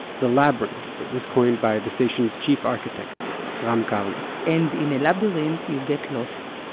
the labyrinth, it was coined by the station's chief architect ram karmi. and in a labyrinth, you get lost.